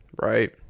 right